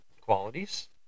qualities